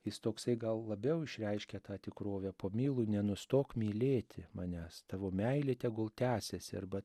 jis toksai gal labiau išreiškia tą tikrovę pomylu nenustok mylėti manęs tavo meilė tegul tęsiasi arba